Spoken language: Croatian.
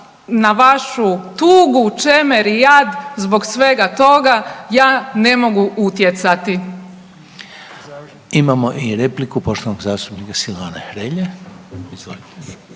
na vašu tugu, čemer i jad zbog svega toga ja ne mogu utjecati. **Reiner, Željko (HDZ)** Imamo i repliku poštovanog zastupnika Silvana Hrelje.